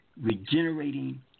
regenerating